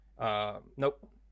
nope